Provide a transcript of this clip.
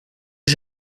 que